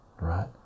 right